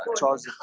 charge